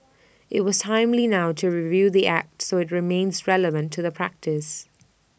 IT was timely now to review the act so IT remains relevant to the practice